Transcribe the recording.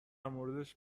موردش